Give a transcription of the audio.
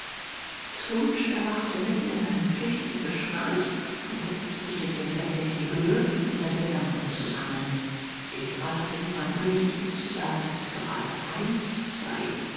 scrooge erwachte mitten in einem tüchtigen geschnarch und setzte sich in dem bette in die höhe um seine gedanken zu sammeln diesmal hatte niemand nötig ihm zu sagen daß es gerade eins sei